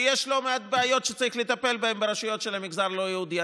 כי יש לא מעט בעיות שצריך לטפל בהן ברשויות של המגזר הלא-יהודי.